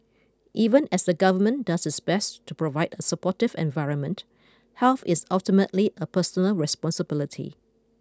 even as the government does its best to provide a supportive environment health is ultimately a personal responsibility